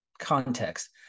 Context